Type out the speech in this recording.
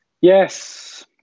Yes